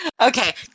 Okay